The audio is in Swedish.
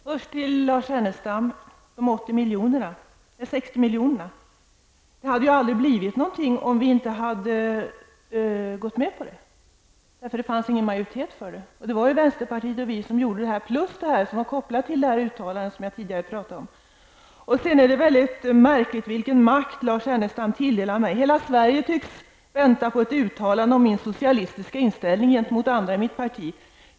Herr talman! Först vill jag säga några ord till Lars Ernestam angående de 60 miljonerna. Det hade aldrig blivit något om vi inte hade gått med på det. Det fanns annars ingen majoritet för det. Det var vänsterpartiet och vi socialdemokrater som gjorde detta, plus det som var kopplat till det uttalande jag tidigare pratade om. Det är märkligt vilken makt Lars Ernestam tilldelar mig. Hela Sverige tycks vänta på ett uttalande om min socialistiska inställning gentemot andra i mitt parti.